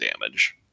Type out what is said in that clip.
damage